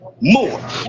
more